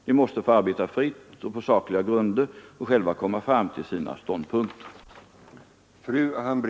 De måste få arbeta fritt och på sakliga grunder och själva komma fram till sina ståndpunkter.